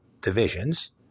divisions